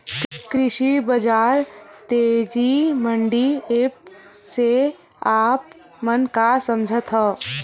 कृषि बजार तेजी मंडी एप्प से आप मन का समझथव?